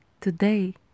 Today